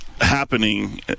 happening